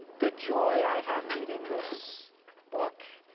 the joy i had reading this book.